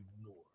ignore